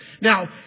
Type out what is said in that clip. Now